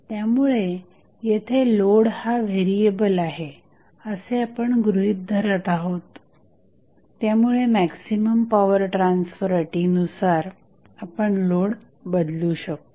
त्यामुळे येथे लोड हा व्हेरिएबल आहे असे आपण गृहीत धरत आहोत त्यामुळे मॅक्झिमम पॉवर ट्रान्सफर अटीनुसार आपण लोड बदलु शकतो